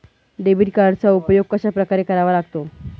Debit कार्डचा उपयोग कशाप्रकारे करावा लागतो?